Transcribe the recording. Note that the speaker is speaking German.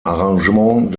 arrangement